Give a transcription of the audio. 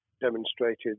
demonstrated